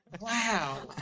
wow